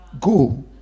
Go